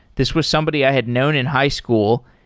this was somebody i had known in high school.